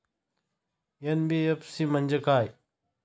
NBFC म्हणजे काय?